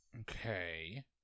Okay